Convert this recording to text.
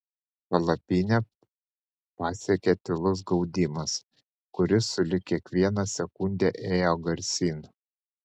palapinę pasiekė tylus gaudimas kuris sulig kiekviena sekunde ėjo garsyn